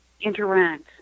interact